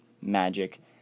magic